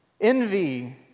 Envy